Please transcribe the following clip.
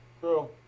True